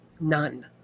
None